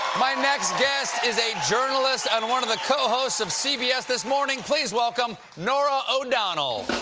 my next guest is a journalist and one of the co-hosts of cbs this morning. please welcome norah o'donnell!